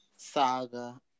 Saga